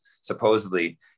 supposedly